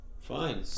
Fine